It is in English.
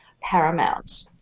paramount